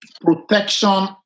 protection